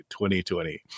2020